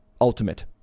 ultimate